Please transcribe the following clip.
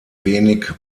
wenig